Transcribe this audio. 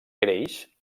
creix